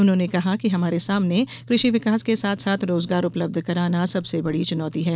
उन्होंने कहा कि हमारे सामने कृषि विकास के साथ साथ रोजगार उपलब्ध कराना सबसे बड़ी चुनौती है